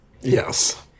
Yes